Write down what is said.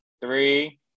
three